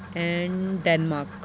and Denmark